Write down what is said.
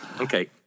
Okay